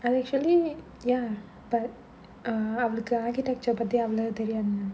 err actually ya but err அவளுக்கு:avalukku architecture பத்தி அவ்ளோ தெரியாது:pathi avlo theriyaadhu